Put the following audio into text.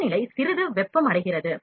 வெப்பநிலை சிறிது வெப்பமடைகிறது